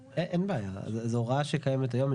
זאת הוראה שקיימת היום,